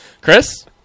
Chris